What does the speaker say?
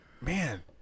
man